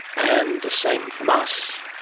and the same from us.